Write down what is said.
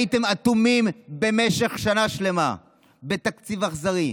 הייתם אטומים במשך שנה שלמה בתקציב אכזרי,